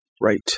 Right